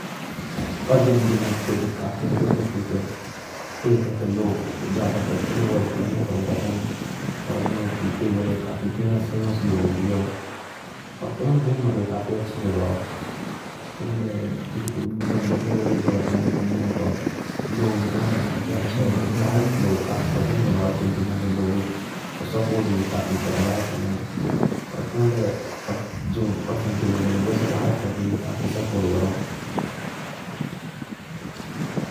अर्जेन्टीना के भी काफी अच्छा संस्कृति आ। तैकाके लोग फुटबॉल काफी पसंद करा। तौंदे के फेमस लोग भी आ। तौंदे घूमना के काफी अच्छा जगहा आ।